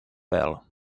fell